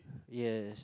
yes